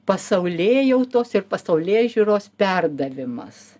pasaulėjautos ir pasaulėžiūros perdavimas